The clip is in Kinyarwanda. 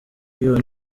kwiba